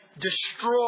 destroy